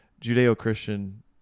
Judeo-Christian